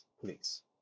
please